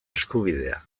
eskubidea